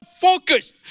focus